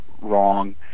Wrong